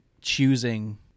choosing